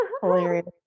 hilarious